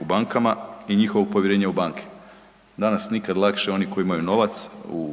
u bankama i njihovo povjerenje u banke. Danas nikad lakše oni koji imaju novac u bilo